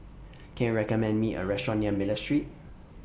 Can YOU recommend Me A Restaurant near Miller Street